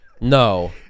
No